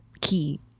key